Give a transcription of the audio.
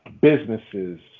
businesses